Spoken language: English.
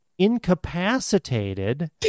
Incapacitated